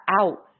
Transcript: out